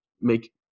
make